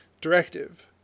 directive